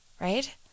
right